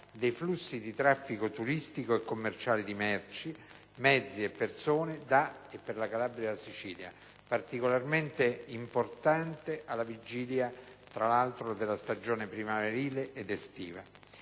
dei flussi di traffico turistico e commerciale di merci, mezzi e persone da e per la Calabria e la Sicilia, particolarmente importante alla vigilia, tra l'altro, della stagione primaverile ed estiva.